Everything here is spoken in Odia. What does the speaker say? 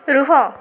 ରୁହ